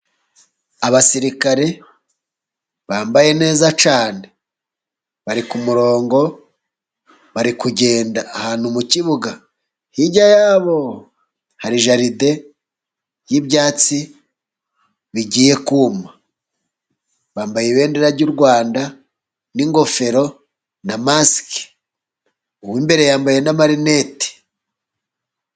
Abasirikare bambaye neza cyane, bari ku murongo bari kugenda ahantu mu kibuga, hirya yabo hari jaride y'ibyatsi bigiye kuma, bambaye ibendera ry'u Rwanda n'ingofero na masike, uw'imbere yambaye n'amarinete